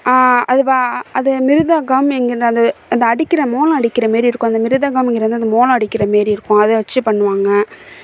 அது வா அது மிருதங்கம் எங்கள் அது அந்த அடிக்கிற மோளம் அடிக்கிற மாரி இருக்கும் அந்த மிருதங்கம்கிறது அந்த மோளம் அடிக்கிற மாரி இருக்கும் அதை வச்சு பண்ணுவாங்க